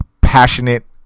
passionate